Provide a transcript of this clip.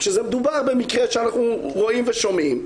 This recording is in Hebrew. וכשזה מדובר במקרה שאנחנו רואים ושומעים,